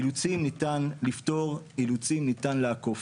אילוצים ניתן לפתור, אילוצים ניתן לעקוף,